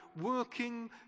working